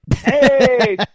Hey